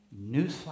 newsflash